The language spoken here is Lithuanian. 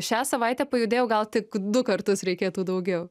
šią savaitę pajudėjau gal tik du kartus reikėtų daugiau